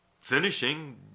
finishing